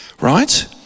right